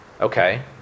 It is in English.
Okay